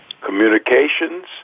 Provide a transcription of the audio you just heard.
communications